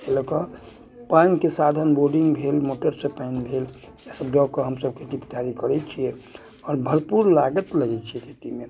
एहि लऽ कऽ पानिके साधन बोर्डिंग भेल मोटरसँ पानि भेल इएहसभ दऽ कऽ हमसभ खेती पथारी करैत छियै आओर भरपूर लागत लगैत छै खेतीमे